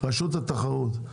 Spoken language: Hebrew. רשות התחרות,